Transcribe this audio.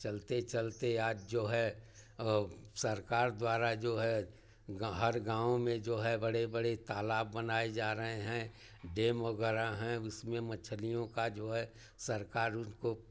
चलते चलते आज जो है सरकार द्वारा जो है हर गाँव में जो है बड़े बड़े तालाब बनाए जा रहे हैं डेम वग़ैरह हैं उसमें मछलियों का जो है सरकार उनको